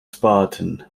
spartan